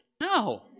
No